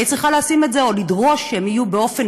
היית צריכה לשים את זה או לדרוש שזה יהיה באופן